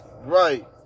right